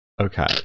okay